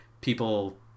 people